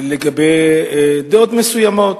לגבי דעות מסוימות,